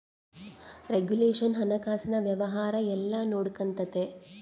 regulation ಹಣಕಾಸಿನ ವ್ಯವಹಾರ ಎಲ್ಲ ನೊಡ್ಕೆಂತತೆ